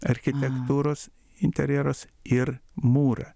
architektūros interjerus ir mūrą